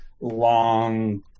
long